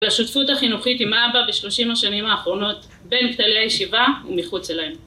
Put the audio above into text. לשותפות החינוכית עם אבא בשלושים השנים האחרונות בין כתלי הישיבה ומחוצה להם.